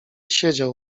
siedział